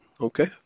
Okay